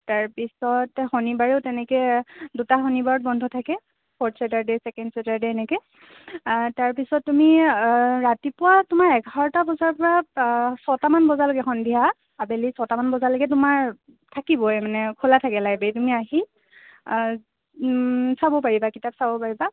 তাৰপিছত শনিবাৰেও তেনেকৈ দুটা শনিবাৰত বন্ধ থাকে ফৰ্থ চেটাৰডে ছেকেণ্ড চেটাৰডে এনেকৈ তাৰপিছত তুমি ৰাতিপুৱা তোমাৰ এঘাৰটা বজাৰপৰা ছটামান বজালৈকে সন্ধিয়া আবেলি ছটামান বজালৈকে তোমাৰ থাকিবই মানে খোলা থাকে লাইব্ৰেৰী তুমি আহি চাব পাৰিবা কিতাপ চাব পাৰিবা